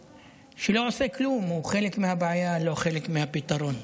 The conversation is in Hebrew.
הוא חלק מהבעיה, לא חלק מהפתרון.